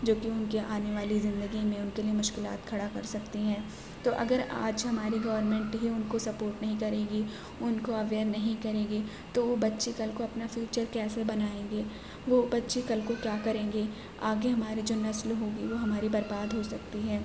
جو کہ ان کے آنے والی زندگی میں ان کے لئے مشکلات کھڑا کر سکتی ہیں تو اگر آج ہماری گورنمنٹ ہی ان کو سپورٹ نہیں کرے گی ان کو اویئر نہیں کرے گی تو وہ بچے کل کو اپنا فیوچر کیسے بنائیں گے وہ بچے کل کو کیا کریں گے آگے ہمارے جو نسل ہو گی وہ ہماری برباد ہو سکتی ہے